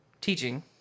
teaching